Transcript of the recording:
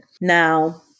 Now